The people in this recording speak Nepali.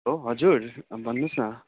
हेलो हजुर भन्नु होस् न